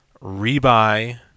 Rebuy